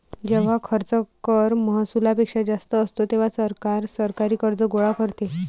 जेव्हा खर्च कर महसुलापेक्षा जास्त असतो, तेव्हा सरकार सरकारी कर्ज गोळा करते